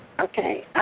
Okay